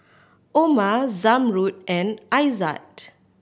Omar Zamrud and Aizat